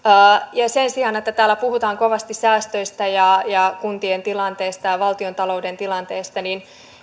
sen sijaan että täällä puhutaan kovasti säästöistä ja ja kuntien tilanteesta ja ja valtiontalouden tilanteesta niin